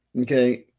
Okay